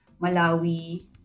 Malawi